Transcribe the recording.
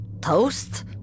Toast